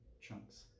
chunks